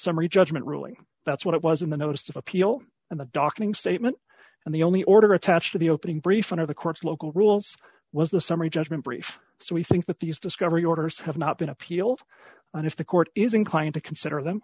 summary judgment ruling that's what it was in the notice of appeal and the docking statement and the only order attached to the opening brief one of the court's local rules was the summary judgment brief so we think that these discovery orders have not been appealed and if the court is inclined to consider them